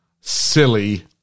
silly